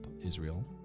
Israel